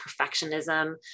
perfectionism